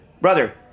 brother